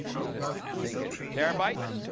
was it thinking terabytes?